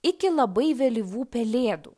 iki labai vėlyvų pelėdų